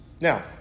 Now